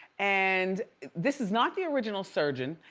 and this is not the original surgeon.